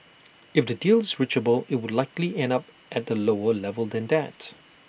if A deal is reachable IT would likely end up at A lower level than that